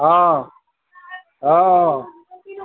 हाँ हाँ